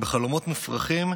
בחלומות מופרכים,